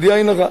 בלי עין הרע.